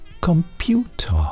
computer